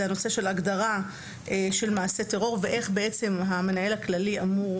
זה הנושא של הגדרה של מעשה טרור ואיך בעצם המנהל הכללי אמור,